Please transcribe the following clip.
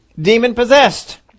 demon-possessed